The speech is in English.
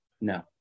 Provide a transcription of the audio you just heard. no